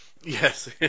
Yes